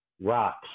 Rocks